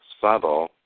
subtle